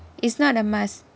it's not a must